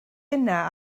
yna